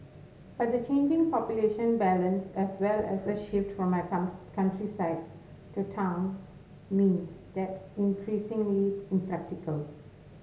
but the changing population balance as well as a shift from my come countryside to towns means that's increasingly impractical